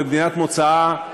במדינת מוצאה,